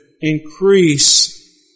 increase